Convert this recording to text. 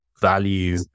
value